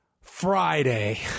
Friday